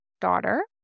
daughter